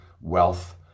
wealth